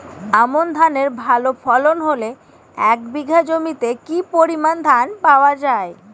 আমন ধানের ভালো ফলন হলে এক বিঘা জমিতে কি পরিমান ধান পাওয়া যায়?